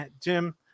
jim